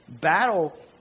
battle